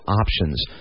options